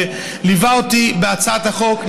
שליווה אותי בהצעת החוק,